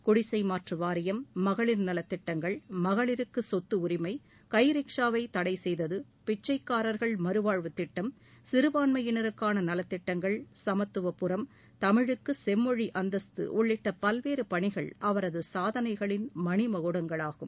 குடிசை மாற்று வாரியம் மகளிர் நலத் திட்டங்கள் மகளிருக்கு கொத்துரிமை கை ரிக்ஷா வை தடை செய்தது பிச்சைக்காரர்கள் மறுவாழ்வுத் திட்டம் சிறபான்மையினருக்கான நலத்திட்டங்கள் சமத்துவபுரம் தமிழுக்கு செம்மொழி அந்தஸ்து உள்ளிட்ட பல்வேறு பணிகள் அவரது சாதனைகளின் மணிமகுடங்களாகும்